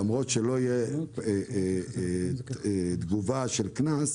למרות שלא תהיה תגובה של קנס,